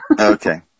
Okay